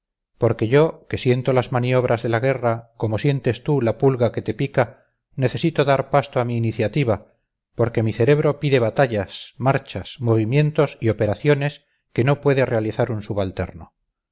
porque yo que siento las maniobras de la guerra como sientes tú la pulga que te pica necesito dar pasto a mi iniciativa porque mi cerebro pide batallas marchas movimientos y operaciones que no puede realizar un subalterno